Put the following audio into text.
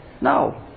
No